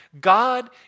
God